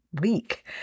week